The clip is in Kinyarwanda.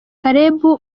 caleb